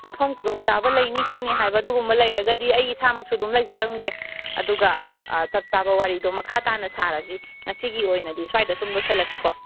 ꯃꯐꯝ ꯈꯨꯗꯣꯡꯆꯥꯕ ꯂꯩꯅꯤ ꯈꯣꯠꯅꯤ ꯍꯥꯏꯕ ꯑꯗꯨꯒꯨꯝꯕ ꯂꯩꯔꯒꯗꯤ ꯑꯩ ꯏꯁꯥꯃꯛꯁꯨ ꯑꯗꯨꯝ ꯂꯩꯖꯔꯝꯒꯦ ꯑꯗꯨꯒ ꯆꯞꯆꯥꯕ ꯋꯥꯔꯤꯗꯣ ꯃꯈꯥ ꯇꯥꯅ ꯁꯥꯔꯁꯤ ꯉꯁꯤꯒꯤ ꯑꯣꯏꯅꯗꯤ ꯁ꯭ꯋꯥꯏꯗ ꯁꯨꯝ ꯂꯣꯏꯁꯤꯜꯂꯁꯤꯀꯣ